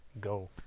go